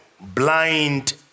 blind